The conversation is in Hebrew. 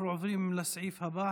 אנחנו עוברים לסעיף הבא,